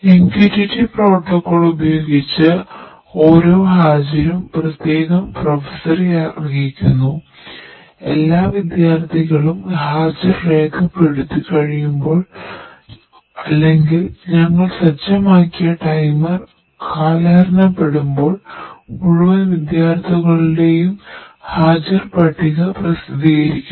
MQTT protocol ഉപയോഗിച്ച് ഓരോ ഹാജരും പ്രത്യേകം പ്രൊഫസറെ കാലഹരണപ്പെടുമ്പോഴോ മുഴുവൻ വിദ്യാർത്ഥികളുടെയും ഹാജർ പട്ടിക പ്രസിദ്ധീകരിക്കും